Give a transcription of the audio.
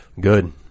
good